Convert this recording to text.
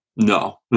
No